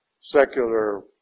secular